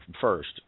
first